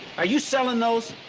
are you selling those?